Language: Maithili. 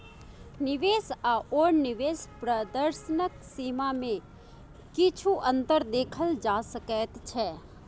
निवेश आओर निवेश प्रदर्शनक सीमामे किछु अन्तर देखल जा सकैत छै